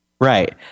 Right